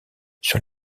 sur